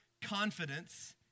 confidence